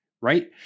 Right